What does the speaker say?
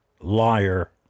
liar